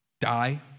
die